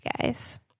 guys